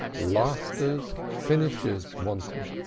lasters, finishers, wanted.